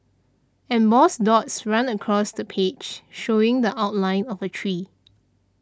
embossed dots run across the page showing the outline of a tree